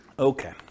Okay